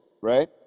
Right